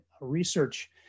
research